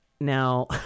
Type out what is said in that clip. Now